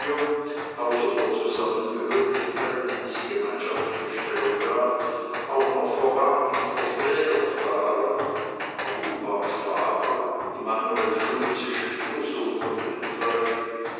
der zusammengehörigkeit die diese gemeinschaftliche stellung gab auch noch verwandt und verschwägert waren kuh war schwager immanuel schultze schwiegersohn von rindfleisch